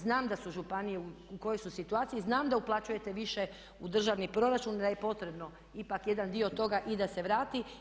Znam da su županije u kojoj su situaciji, znam da uplaćujete više u državni proračun, da je potrebno ipak jedan dio toga i da se vrati.